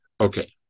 Okay